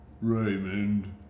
Raymond